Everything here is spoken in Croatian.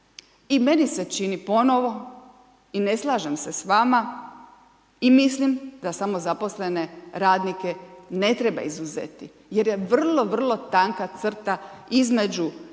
I meni se čini ponovo i ne slažem se s vama i mislim da samozaposlene radnike ne treba izuzeti jer je vrlo, vrlo tanka crta između